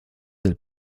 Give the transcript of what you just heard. del